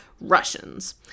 Russians